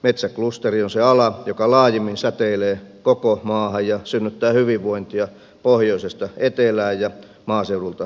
metsäklusteri on se ala joka laajimmin säteilee koko maahan ja synnyttää hyvinvointia pohjoisesta etelään ja maaseudulta kaupunkiin